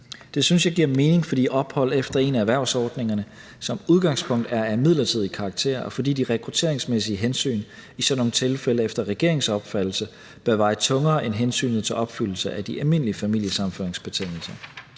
Det synes jeg giver mening, fordi ophold efter en af erhvervsordningerne som udgangspunkt er af midlertidig karakter, og fordi de rekrutteringsmæssige hensyn i sådan nogle tilfælde efter regeringens opfattelse vil veje tungere end hensynet til opfyldelse af de almindelige familiesammenføringsbetingelser.